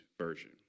version